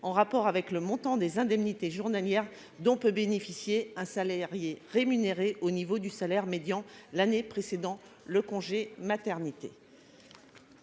en rapport avec le montant des indemnités journalières dont peut bénéficier un salarié rémunéré au niveau du salaire médian l'année précédant le congé maternité.